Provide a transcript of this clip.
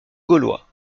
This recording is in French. gaulois